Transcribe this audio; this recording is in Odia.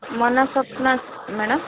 ମନ ସ୍ୱପ୍ନ ମ୍ୟାଡମ